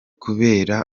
kubera